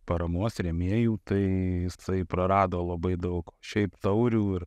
paramos rėmėjų tai jisai prarado labai daug šiaip taurių ir